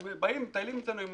הם באים, מטיילים אצלנו עם